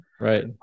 Right